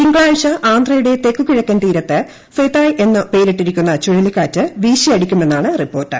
തിങ്കളാഴ്ച ആന്ധ്രയുടെ തെക്കുകിഴക്കൻ തീരത്ത് ഫെതായ് എന്നു പേരിട്ടിരിക്കുന്ന ചുഴലിക്കാറ്റ് വീശിയടിക്കുമെന്നാണ് റിപ്പോർട്ട്